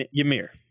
Ymir